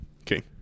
Okay